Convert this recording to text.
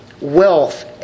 wealth